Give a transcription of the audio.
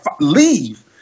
leave